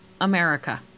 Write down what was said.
America